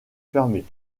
fermé